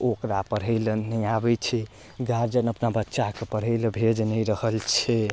ओ ओकरा पढ़ैला नहि आबै छै गार्जियन अपना बच्चाके पढ़य लए भेज नहि रहल छै